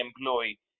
employee